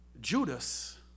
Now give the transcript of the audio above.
Judas